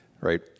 right